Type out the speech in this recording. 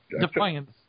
defiance